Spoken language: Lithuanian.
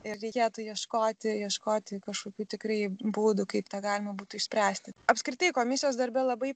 ir reikėtų ieškoti ieškoti kažkokių tikrai būdų kaip tą galima būtų išspręsti apskritai komisijos darbe labai